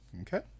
okay